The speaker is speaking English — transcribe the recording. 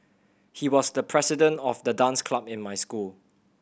he was the president of the dance club in my school